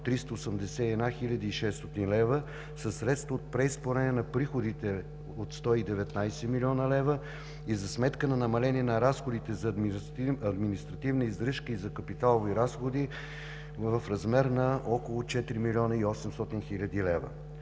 381 хил. 600 лв. със средства от преизпълнение на приходите от 119 млн. лв. и за сметка на намаление на разходите за административна издръжка и за капиталови разходи в размер на около 4 млн. 800 хил. лв.